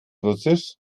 russisch